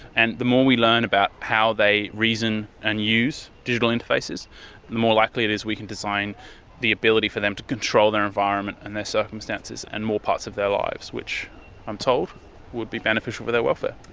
and the more we learn about how they reason and use digital interfaces, the more likely it is we can design the ability for them to control their environment and their circumstances and more parts of their lives, which i'm told would be beneficial for their welfare.